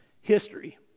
History